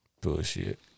Bullshit